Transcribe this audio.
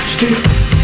Streets